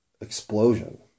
explosion